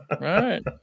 right